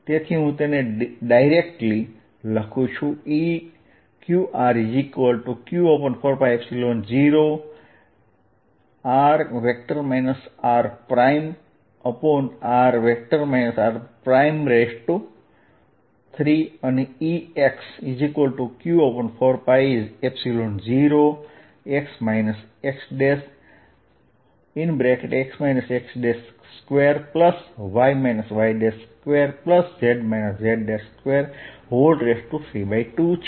તેથી હું તેને ડિરેક્ટલી લખું છું Eqr'q4π0 r rr r3 અને Ex q4π0 x xx x2y y2z z232 છે